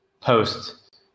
post